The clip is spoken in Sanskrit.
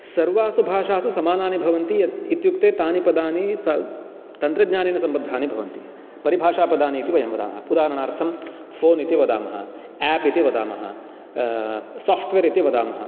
सर्वासु भाषासु समानानि भवन्ति इत्युक्ते तानि पदानि तन्त्रज्ञानेन सम्बद्धानि भवन्ति परिभाषापदानि इति वयं वदामः उदाहरणार्थं फ़ोन् इति वदामः एप् इति वदामः साफ़्ट्वेर् इति वदामः